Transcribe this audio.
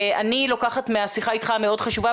אני לוקחת מהשיחה איתך המאוד חשובה,